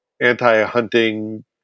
anti-hunting